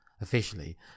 officially